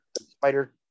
spider